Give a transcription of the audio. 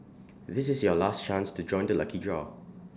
this is your last chance to join the lucky draw